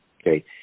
Okay